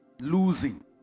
losing